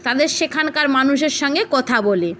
তাদের সেখানকার মানুষের সঙ্গে কথা বলে